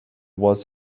was